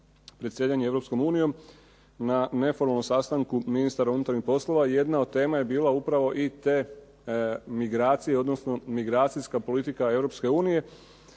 Europskom unijom na neformalnom sastanku ministara unutarnjih poslova. Jedna od tema je bila upravo i te migracije, odnosno migracijska politika